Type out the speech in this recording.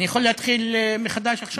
אני יכול להתחיל מחדש עכשיו?